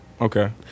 Okay